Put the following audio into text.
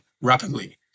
rapidly